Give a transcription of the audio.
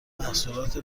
محصولات